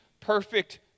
perfect